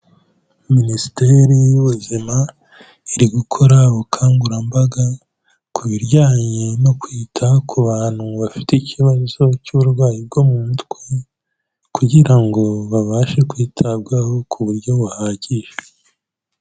Minisiteri y'ubuzima, iri gukora ubukangurambaga ku bijyanye no kwita ku bantu bafite ikibazo cy'uburwayi bwo mu mutwe kugira ngo babashe kwitabwaho ku buryo buhagije.